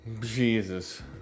Jesus